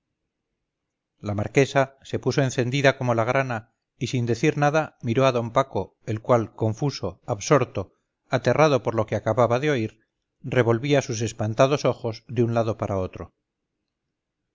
la marquesa se puso encendida como la grana y sin decir palabra miró a d paco el cual confuso absorto aterrado por lo que acababa de oír revolvía sus espantados ojos de un lado para otro